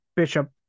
Bishop